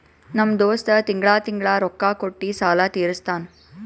ನಮ್ ದೋಸ್ತ ತಿಂಗಳಾ ತಿಂಗಳಾ ರೊಕ್ಕಾ ಕೊಟ್ಟಿ ಸಾಲ ತೀರಸ್ತಾನ್